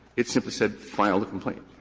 it simply said, file the complaint.